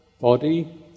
body